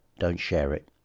don't share it.